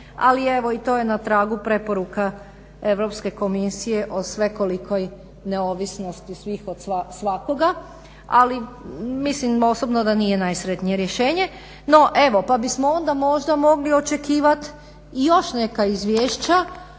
Ali evo i to je na tragu preporuka EU komisije o svekolikoj neovisnosti svih od svakoga. Ali mislim osobno da nije najsretnije rješenje. No evo pa bismo možda onda očekivati i još neka izvješća,